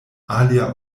alia